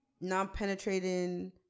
non-penetrating